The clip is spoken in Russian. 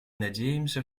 надеемся